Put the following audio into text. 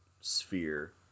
sphere